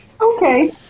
Okay